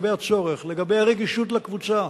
לגבי הצורך, לגבי הרגישות לקבוצה